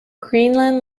greenland